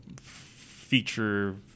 feature